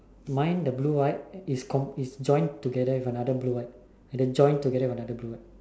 mine the blue white is com~ is join together with another blue white and then joined together with another blue white